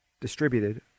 distributed